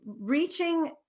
reaching